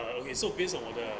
uh okay so based on 我的